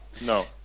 no